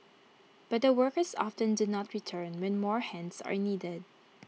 but the workers often do not return when more hands are needed